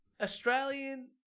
Australian